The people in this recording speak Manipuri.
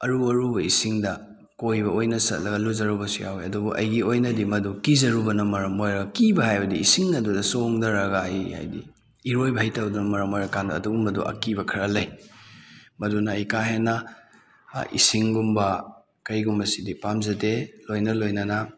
ꯑꯔꯨ ꯑꯔꯨꯕ ꯏꯁꯤꯡꯗ ꯀꯣꯏꯕ ꯑꯣꯏꯅ ꯆꯠꯂꯒ ꯂꯨꯖꯔꯨꯕꯁꯨ ꯌꯥꯎꯏ ꯑꯗꯨꯕꯨ ꯑꯩꯒꯤ ꯑꯣꯏꯅꯗꯤ ꯃꯗꯨ ꯀꯤꯖꯔꯨꯕꯅ ꯃꯔꯝ ꯑꯣꯏꯔꯒ ꯀꯤꯕ ꯍꯥꯏꯕꯗꯤ ꯏꯁꯤꯡ ꯑꯗꯨꯗ ꯆꯣꯡꯊꯔꯒ ꯑꯩ ꯍꯥꯏꯗꯤ ꯏꯔꯣꯏꯕ ꯍꯩꯇꯕꯗꯨꯅ ꯃꯔꯝ ꯑꯣꯏꯔ ꯀꯥꯟꯗ ꯑꯗꯨꯒꯨꯝꯕꯗꯨ ꯑꯀꯤꯕ ꯈꯔ ꯂꯩ ꯃꯗꯨꯅ ꯑꯩ ꯀꯥ ꯍꯦꯟꯅ ꯏꯁꯤꯡꯒꯨꯝꯕ ꯀꯔꯤꯒꯨꯝꯕꯁꯤꯗꯤ ꯄꯥꯝꯖꯗꯦ ꯂꯣꯏꯅ ꯂꯣꯏꯅꯅ